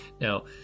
Now